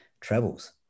travels